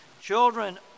children